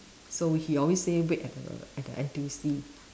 so he always say wait at the at the N_T_U_C